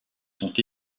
sont